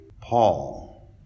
Paul